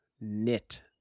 knit